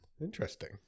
Interesting